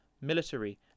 military